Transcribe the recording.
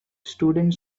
student